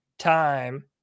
Time